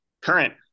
current